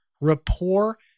rapport